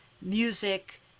music